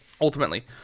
Ultimately